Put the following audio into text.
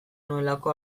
nuelako